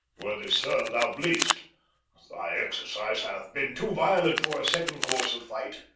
worthy sir, thou bleed'st thy exercise hath been too violent for a second course of fight.